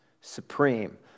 supreme